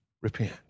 Repent